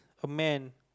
a man